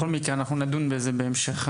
בכל מקרה אנחנו נדון בזה בהמשך,